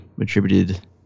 attributed